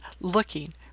looking